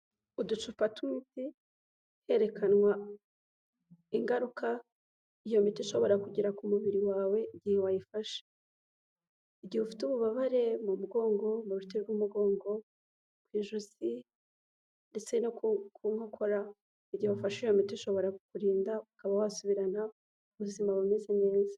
Uducupa tw'imitir twerekanwa ingaruka kugira ku mubiri wawe ububabare mu mugongo ku ijosi ndetse no ku nkokora; igihe ufashe iyo miti ushobora kukurinda ukaba wasubirana ubuzima bumeze neza.